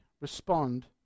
respond